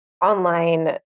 online